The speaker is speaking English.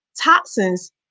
toxins